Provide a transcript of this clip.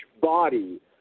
body